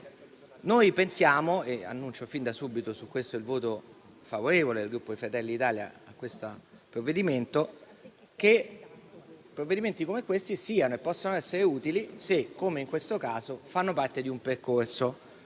Noi pensiamo - e annuncio fin d'ora il voto favorevole del Gruppo Fratelli d'Italia a questo provvedimento - che provvedimenti come questo possano essere utili se, come in questo caso, fanno parte di un percorso.